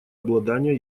обладания